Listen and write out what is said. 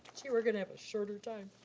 gee, we're gonna have a shorter time.